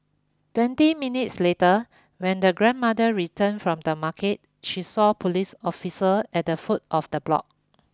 twenty minutes later when the grandmother returned from the market she saw police officer at the foot of the block